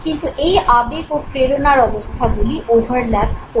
কিন্তু এই আবেগ ও প্রেরণার অবস্থাগুলি ওভারল্যাপ করে